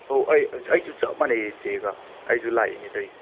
ꯑꯣ ꯑꯩ ꯑꯩꯁꯨ ꯆꯞ ꯃꯥꯟꯅꯩ ꯆꯦꯒ ꯑꯩꯁꯨ ꯂꯥꯛꯏꯅꯦ ꯇꯧꯔꯤꯁꯦ